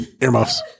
Earmuffs